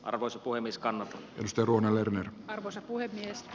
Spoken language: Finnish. arvoisa puhemieskannat sitruunaler arvoisa puhemies